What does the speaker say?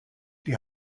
die